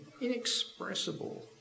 inexpressible